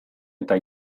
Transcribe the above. eta